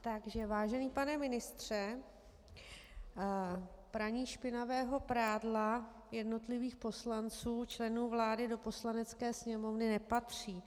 Takže vážený pane ministře, praní špinavého prádla jednotlivých poslanců členů vlády, do Poslanecké sněmovny nepatří.